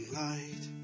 light